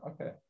Okay